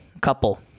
Couple